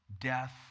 death